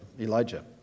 Elijah